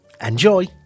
Enjoy